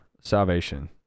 salvation